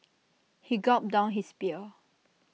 he gulped down his beer